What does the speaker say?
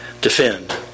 Defend